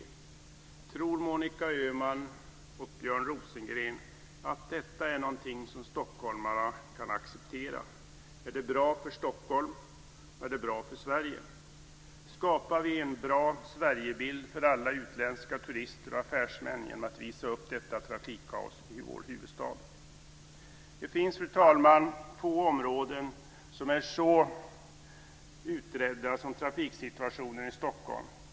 Tror Monica Öhman och Björn Rosengren att detta är någonting som stockholmarna kan acceptera? Är det bra för Stockholm är det bra för Sverige. Skapar vi en bra Sverigebild för alla utländska turister och affärsmän genom att visa upp detta trafikkaos i vår huvudstad? Det finns, fru talman, få områden som är så utredda som trafiksituationen i Stockholm.